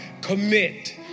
commit